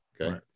Okay